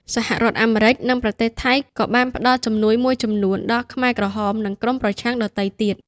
សហរដ្ឋអាមេរិក និងប្រទេសថៃក៏បានផ្ដល់ជំនួយមួយចំនួនដល់ខ្មែរក្រហម និងក្រុមប្រឆាំងដទៃទៀត។